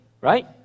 right